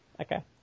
Okay